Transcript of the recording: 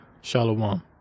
Shalom